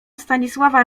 stanisława